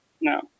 No